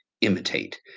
imitate